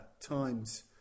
time's